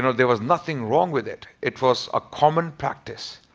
you know there was nothing wrong with it. it was a common practice.